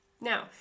Now